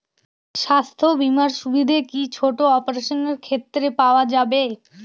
স্বাস্থ্য বীমার সুবিধে কি ছোট অপারেশনের ক্ষেত্রে পাওয়া যাবে?